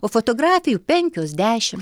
o fotografijų penkios dešim